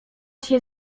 się